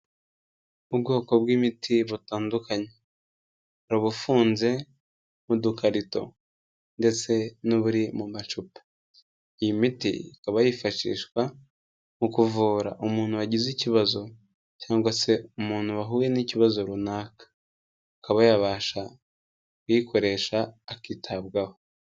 Ubwoko bw'imiti butandukanye. Ubufunze mu udukarito ndetse n'uburi mu macupa. Iyi miti ikaba yifashishwa mu kuvura umuntu wagize ikibazo cyangwa se umuntu wahuye n'ikibazo runaka. Akaba yababasha kuyikoresha akitabwaho.